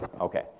okay